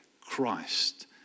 Christ